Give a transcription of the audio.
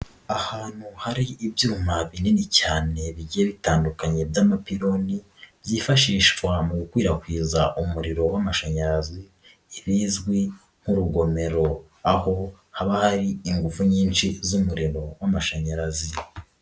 Ahantu hari ibyuma binini cyane bigiye bitandukanye by'amapiloni, byifashishwa mu gukwirakwiza umuriro w'amashanyarazi ibizwi nk'urugomero, aho haba hari ingufu nyinshi z'umuriro w'amashanyarazi.